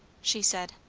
she said.